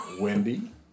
Wendy